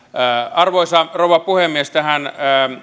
arvoisa rouva puhemies tähän